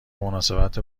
مناسبت